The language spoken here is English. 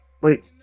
Wait